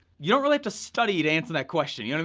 you don't really have to study to answer that question. you know